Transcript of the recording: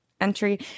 entry